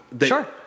sure